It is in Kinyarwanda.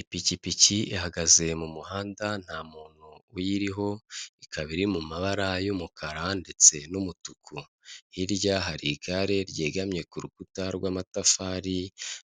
Ipikipiki ihagaze mu muhanda nta muntu uyiriho ikaba iri mu mabara y'umukara ndetse n'umutuku, hirya hari igare ryegamye ku rukuta rw'amatafari